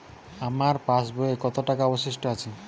আমার পাশ বইয়ে কতো টাকা অবশিষ্ট আছে?